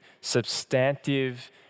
substantive